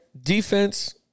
Defense